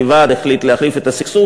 כי הוועד החליט להחריף את הסכסוך.